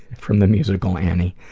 from the musical annie.